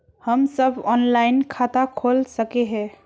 हम सब ऑनलाइन खाता खोल सके है?